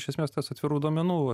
iš esmės tas atvirų duomenų